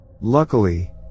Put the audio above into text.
Luckily